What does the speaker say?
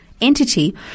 entity